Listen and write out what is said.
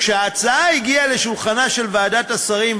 כשההצעה הגיעה לשולחנה של ועדת השרים,